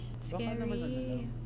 Scary